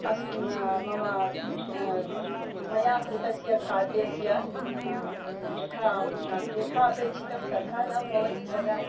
अस्म मम मया कृतस्य खाद्यस्य यथा यथा अपेक्षितं तथा न भवति तदा